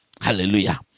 hallelujah